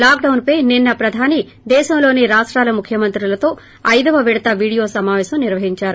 లాక్డొస్పై నిన్న ప్రధాని దేశంలోని రాష్రాల ముఖ్యమంత్రులతో ఐదో విడత వీడియో సమాపేశం నిర్వహిందారు